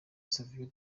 savio